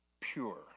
pure